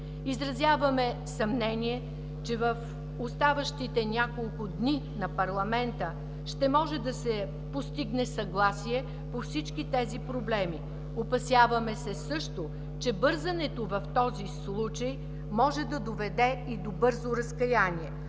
Изразяваме съмнение, че в оставащите няколко дни на парламента ще може да се постигне съгласие по всички тези проблеми. Опасяваме се също, че бързането в този случай може да доведе и до бързо разкаяние.